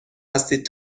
هستید